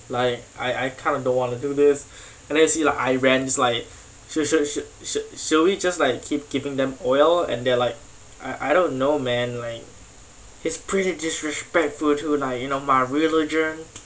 like I I kind of don't want to do this and then you see like iran's like should should should should we just like keep giving them oil and they're like I I don't know man like he's pretty disrespectful to like you know my religion